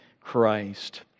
Christ